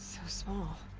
so small.